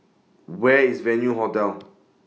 Where IS Venue Hotel